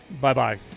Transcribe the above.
Bye-bye